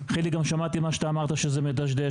חיליק גם שמעתי מה שאמרת שזה מדשדש,